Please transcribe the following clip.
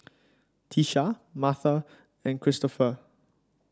Tisha Marta and Christoper